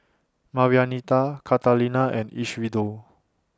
Marianita Catalina and Isidro